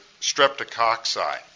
streptococci